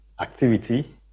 activity